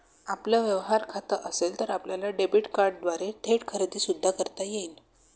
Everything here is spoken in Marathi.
आपलं व्यवहार खातं असेल तर आपल्याला डेबिट कार्डद्वारे थेट खरेदी सुद्धा करता येईल